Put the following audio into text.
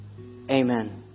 amen